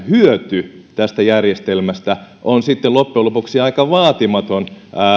hyöty tästä järjestelmästä on sitten loppujen lopuksi aika vaatimaton